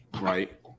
right